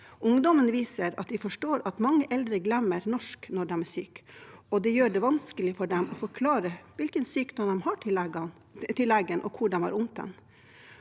Ungdommen viser at de forstår at mange eldre glemmer norsk når de er syke, og det gjør det vanskelig for dem å forklare til legen hvilken sykdom de har, og hvor de har vondt.